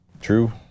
True